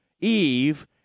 Eve